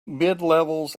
midlevels